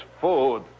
food